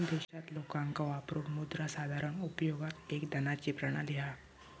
देशात लोकांका वापरूक मुद्रा साधारण उपयोगात एक धनाची प्रणाली हा